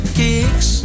kicks